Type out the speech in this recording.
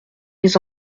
les